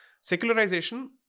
secularization